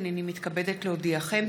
הינני מתכבדת להודיעכם,